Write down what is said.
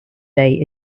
day